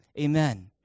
Amen